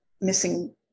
missing